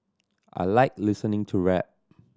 I like listening to rap